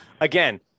again